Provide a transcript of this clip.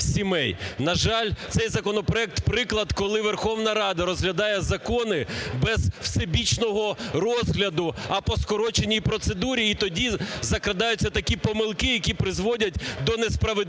На жаль, цей законопроект – приклад, коли Верховна Рада розглядає закони без всебічного розгляду, а по скороченій процедурі, і тоді закрадаються такі помилки, які призводять до несправедливості